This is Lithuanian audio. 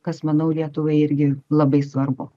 kas manau lietuvai irgi labai svarbu